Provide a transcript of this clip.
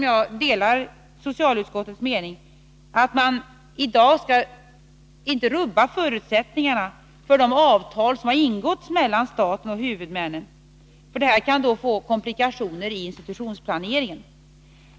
Jag delar därför socialutskottets mening att man i dag inte 19 maj 1982 skall rubba förutsättningarna för det avtal som har ingåtts mellan staten och huvudmännen. Det kan medföra komplikationer i institutionsplaneringen.